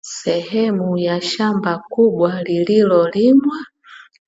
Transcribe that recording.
Sehemu ya shamba kubwa lililolimwa